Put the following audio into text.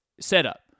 setup